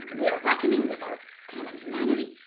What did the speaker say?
and we are reckoning with our common humanity.